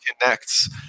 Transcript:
connects